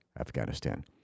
Afghanistan